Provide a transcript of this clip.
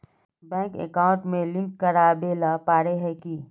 Bank account में link करावेल पारे है की?